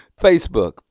Facebook